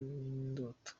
n’indoto